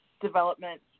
development